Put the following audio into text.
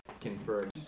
confirmed